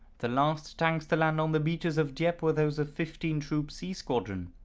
the last tanks to land on the beaches of dieppe were those of fifteen troop, c squadron.